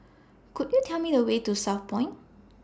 Could YOU Tell Me The Way to Southpoint